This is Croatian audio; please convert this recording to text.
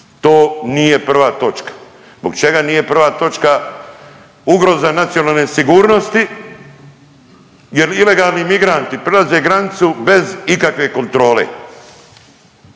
to nije prva točka. Zbog čega nije prva točka ugroza nacionalne sigurnosti, jer ilegalni migranti prelaze granicu bez ikakve kontrole.